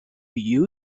you